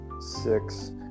six